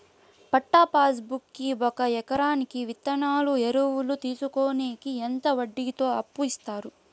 పట్టా passbook కి ఒక ఎకరాకి విత్తనాలు, ఎరువులు తీసుకొనేకి ఎంత వడ్డీతో అప్పు ఇస్తారు?